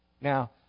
Now